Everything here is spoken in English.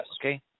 okay